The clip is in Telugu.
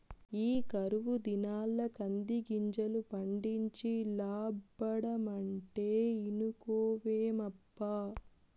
ఈ కరువు దినాల్ల కందిగింజలు పండించి లాబ్బడమంటే ఇనుకోవేమప్పా